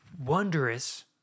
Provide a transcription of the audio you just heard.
wondrous